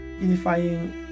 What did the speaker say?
unifying